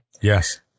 Yes